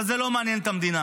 אבל זה לא מעניין את המדינה.